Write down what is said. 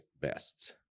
bests